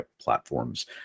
platforms